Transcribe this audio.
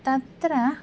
तत्र